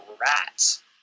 rats